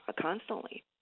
constantly